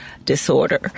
disorder